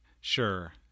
sure